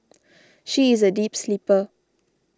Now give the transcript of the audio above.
she is a deep sleeper